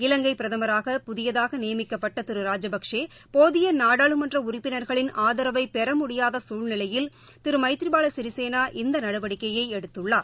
இலங்கைபிரதமராக புதியதாகநியமிக்கப்பட்டதிருராஜபக்ஷே போதியநாடாளுமன்றஉறுப்பினா்களின் ஆதரவைபெறமுடியாதசூழ்நிலையில் திருமைதிரிபாலசிறிசேனா இந்நடவடிக்கையைஎடுத்துள்ளார்